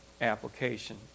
application